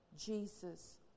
Jesus